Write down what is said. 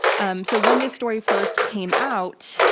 um so when this story first came out,